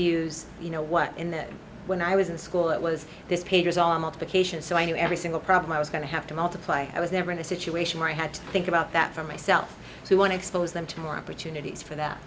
use you know what in them when i was in school it was this pages on multiplication so i knew every single problem i was going to have to multiply i was never in a situation where i had to think about that for myself to want to expose them to more opportunities for th